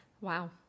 Wow